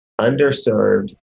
underserved